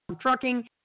trucking